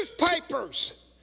newspapers